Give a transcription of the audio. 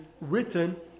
written